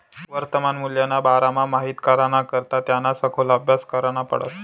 वर्तमान मूल्यना बारामा माहित कराना करता त्याना सखोल आभ्यास करना पडस